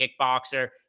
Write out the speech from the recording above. kickboxer